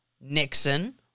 Nixon